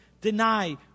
deny